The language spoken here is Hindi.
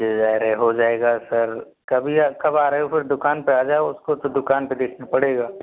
अरे हो जाएगा सर कभी कब आ रहे हो फिर दुकान पर आ जाओ उसको तो दुकान पर देखना पड़ेगा